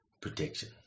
protection